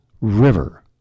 river